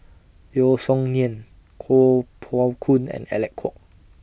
Yeo Song Nian Kuo Pao Kun and Alec Kuok